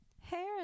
Hair